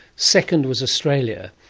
second was australia.